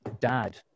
dad